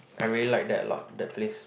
I really like that a lot that place